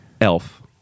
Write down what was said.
Elf